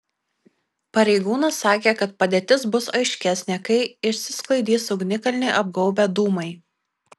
pareigūnas sakė kad padėtis bus aiškesnė kai išsisklaidys ugnikalnį apgaubę dūmai